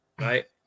right